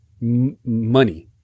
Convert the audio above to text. money